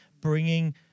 bringing